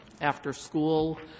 after-school